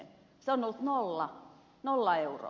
se on ollut nolla euroa